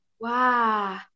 Wow